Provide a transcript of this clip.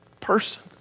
person